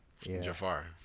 Jafar